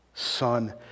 son